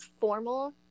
formal